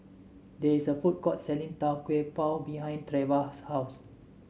there is a food court selling Tau Kwa Pau behind Treva's house